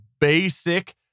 basic